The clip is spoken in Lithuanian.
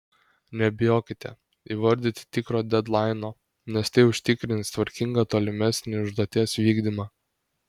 nebijokite įvardyti tikro dedlaino nes tai užtikrins tvarkingą tolimesnį užduoties vykdymą